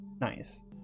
nice